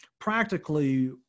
practically